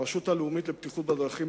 הרשות הלאומית לבטיחות בדרכים,